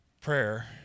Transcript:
Prayer